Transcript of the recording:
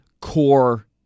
core